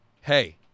hey